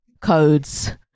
codes